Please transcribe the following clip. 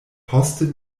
poste